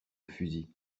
fusils